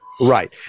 Right